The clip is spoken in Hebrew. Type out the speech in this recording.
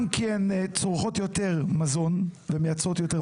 גם כי הן צורכות יותר מזון ומייצרות יותר פסולת אורגנית.